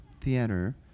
theater